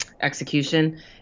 execution